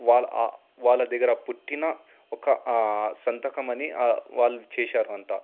వాళ్ళ దగ్గర పుట్టిన ఒక సంతకం అని వాళ్ళు చేశారు అంట